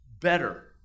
better